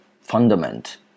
fundament